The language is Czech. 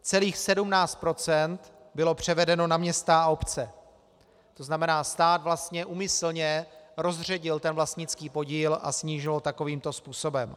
Celých 17 % bylo převedeno na města a obce, to znamená, stát vlastně úmyslně rozředil vlastnický podíl a snížil ho takovýmto způsobem.